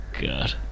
god